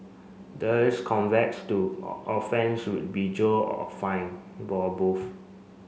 those offence would be jailed or fined or both